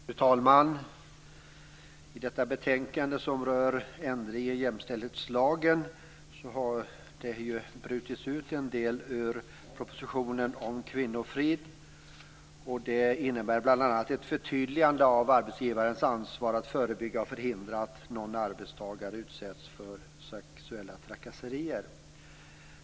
Fru talman! I detta betänkande behandlas en ändring i jämställdhetslagen, ett förslag som har brutits ut ur propositionen om kvinnofrid. Det innebär bl.a. ett förtydligande av arbetsgivarens ansvar att förebygga och förhindra att någon arbetstagare utsätts för sexuella trakasserier.